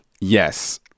yes